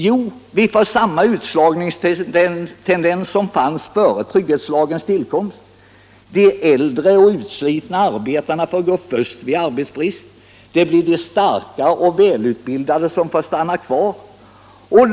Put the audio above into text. Jo, vi får samma utslagningstendens som fanns före trygghetslagens tillkomst. De äldre och utslitna arbetarna får sluta först vid arbetsbrist. Det blir de starka och välutbildade som får stanna kvar.